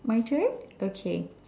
my turn okay